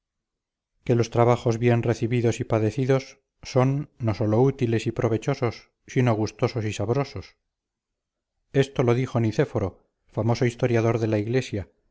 que los trabajos bien recibidos y padecidos son no sólo útiles y provechosos sino gustosos y sabrosos esto lo dijo nicéforo famoso historiador de la iglesia